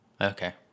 Okay